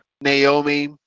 Naomi